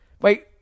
wait